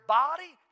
body